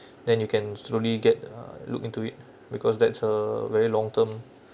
then you can slowly get uh look into it because that's a very long term